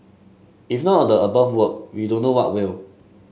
if none of the above work we don't know what will